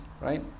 right